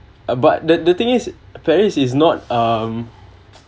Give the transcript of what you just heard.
uh but the the thing is paris is not um